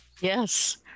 Yes